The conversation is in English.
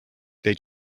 they